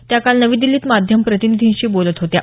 त्या काल नवी दिछीत माध्यम प्रतिनिधींशी बोलत होत्या